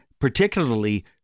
particularly